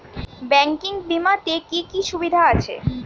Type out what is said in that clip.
Banking বিমাতে কি কি সুবিধা আছে?